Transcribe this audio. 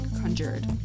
conjured